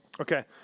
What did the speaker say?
Okay